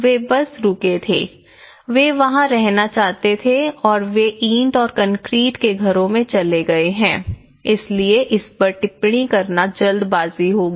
वे बस रुके थे वे वहां रहना चाहते थे और वे ईंट और कंक्रीट के घरों में चले गए हैं इसलिए इसपर टिप्पणी करना जल्दबाजी होगी